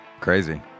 Crazy